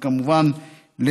וכמובן,